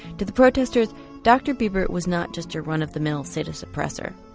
to the protesters dr bieber was not just a run of the mill sadist oppressor.